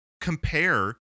compare